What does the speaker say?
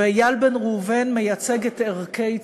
ואיל בן ראובן מייצג את ערכי צה"ל,